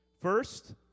First